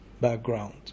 background